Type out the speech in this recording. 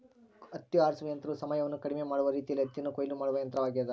ಹತ್ತಿ ಆರಿಸುವ ಯಂತ್ರವು ಸಮಯವನ್ನು ಕಡಿಮೆ ಮಾಡುವ ರೀತಿಯಲ್ಲಿ ಹತ್ತಿಯನ್ನು ಕೊಯ್ಲು ಮಾಡುವ ಯಂತ್ರವಾಗ್ಯದ